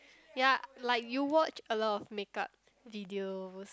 ya like you watch a lot of makeup video